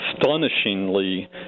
astonishingly